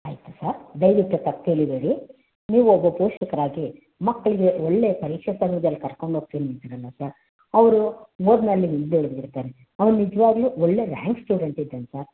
ಆಯಿತು ಸರ್ ದಯವಿಟ್ಟು ತಪ್ಪು ತಿಳಿಬೇಡಿ ನೀವು ಒಬ್ಬ ಪೋಷಕರಾಗಿ ಮಕ್ಕಳಿಗೆ ಒಳ್ಳೆಯ ಪರೀಕ್ಷೆ ಸಮಯ್ದಲ್ಲಿ ಕರ್ಕೊಂಡು ಹೋಗ್ತಿನ್ ಅಂತೀರಲ್ಲ ಸರ್ ಅವರು ಓದಿನಲ್ಲಿ ಹಿಂದೆ ಉಳ್ದು ಬಿಡ್ತಾರೆ ಅವ್ರು ನಿಜ್ವಾಗಲೂ ಒಳ್ಳೆಯ ರ್ಯಾಂಕ್ ಸ್ಟೂಡೆಂಟ್ ಇದಾನ್ ಸರ್